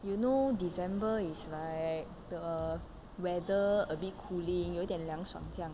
you know december is like the weather a bit cooling 有点凉爽这样